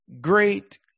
Great